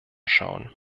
schauen